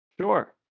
Sure